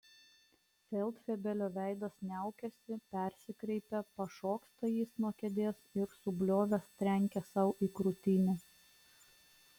feldfebelio veidas niaukiasi persikreipia pašoksta jis nuo kėdės ir subliovęs trenkia sau į krūtinę